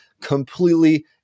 completely